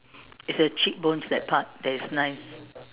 it's the cheek bones that part that is nice